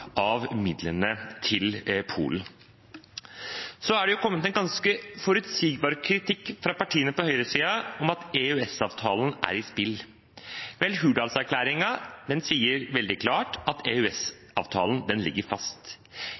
av midlene til Polen. Så er det kommet en ganske forutsigbar kritikk fra partiene på høyresiden om at EØS-avtalen er i spill. Vel, Hurdalserklæringen sier veldig klart at EØS-avtalen ligger fast.